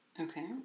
Okay